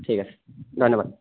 ঠিক আছে ধন্যবাদ